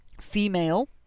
female